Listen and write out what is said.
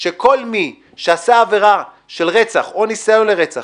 שכל מי שעשה עבירה של רצח או ניסיון של רצח